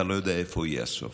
אתה לא יודע איפה יהיה הסוף.